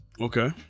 Okay